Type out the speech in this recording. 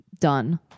done